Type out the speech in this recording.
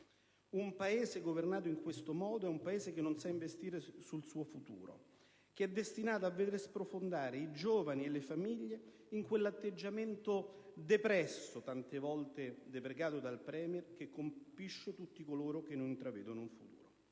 Un Paese governato in questo modo è un Paese che non sa investire sul suo futuro, destinato a veder sprofondare i giovani e le famiglie in quell'atteggiamento depresso, tante volte deprecato dal *Premier,* che colpisce tutti coloro che non intravedono un futuro.